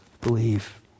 believe